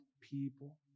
people